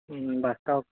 బస్తా